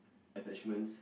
attachments